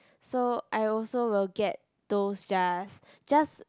so I also will get those jars just